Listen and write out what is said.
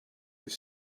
were